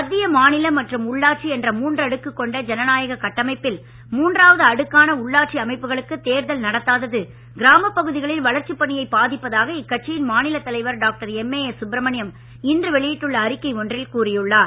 மத்திய மாநில மற்றும் உள்ளாட்சி என்ற மூன்றடுக்கு கொண்ட ஜனநாயக கட்டமைப்பில் மூன்றாவது அடுக்கான உள்ளாட்சி அமைப்புகளுக்கு தேர்தல் நடத்தாதது கிராமப்பகுதிகளில் வளர்ச்சிப் பணியை பாதிப்பதாக இக்கட்சியின் மாநிலத் தலைவர் டாக்டர் எம்ஏஎஸ் சுப்ரமணியம் இன்று வெளியிட்டுள்ள அறிக்கை ஒன்றில் கூறியுள்ளார்